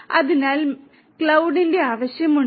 അതിനാൽ ക്ലൌഡ്ന്റെ ആവശ്യമുണ്ട്